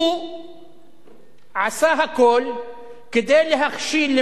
הוא עשה הכול כדי להכשיל,